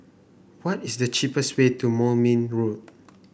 what is the cheapest way to Moulmein Road